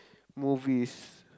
movies